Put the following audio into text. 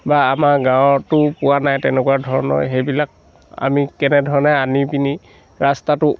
বা আমাৰ গাঁৱতো পোৱা নাই তেনেকুৱা ধৰণৰ সেইবিলাক আমি কেনেধৰণে আনি পিনি ৰাস্তাটো